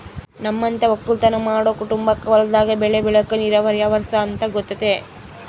ನಮ್ಮಂತ ವಕ್ಕಲುತನ ಮಾಡೊ ಕುಟುಂಬಕ್ಕ ಹೊಲದಾಗ ಬೆಳೆ ಬೆಳೆಕ ನೀರಾವರಿ ಅವರ್ಸ ಅಂತ ಗೊತತೆ